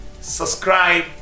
subscribe